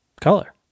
color